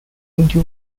into